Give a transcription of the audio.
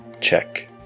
check